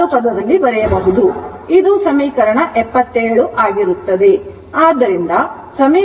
ಇದು ಸಮೀಕರಣ 77 ಆಗಿರುತ್ತದೆ